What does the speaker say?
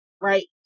Right